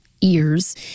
ears